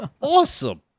awesome